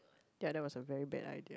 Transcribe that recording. ya that was a very bad idea